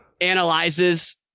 analyzes